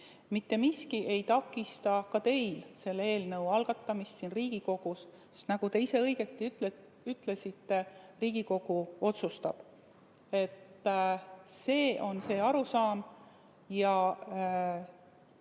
Mitte miski ei takista ka teil selle eelnõu algatamist siin Riigikogus. Nagu te ise õigesti ütlesite, Riigikogu otsustab. See on see arusaam.